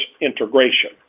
integration